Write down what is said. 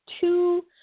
two